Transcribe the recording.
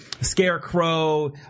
Scarecrow